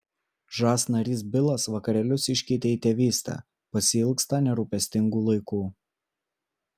žas narys bilas vakarėlius iškeitė į tėvystę pasiilgsta nerūpestingų laikų